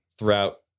Throughout